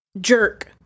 jerk